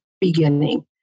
beginning